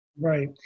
Right